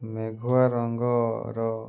ମେଘୁଆ ରଙ୍ଗର